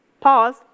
pause